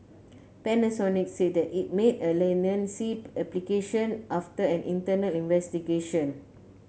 Panasonic said that it made a leniency application after an internal investigation